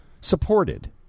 supported